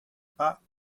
pas